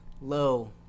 low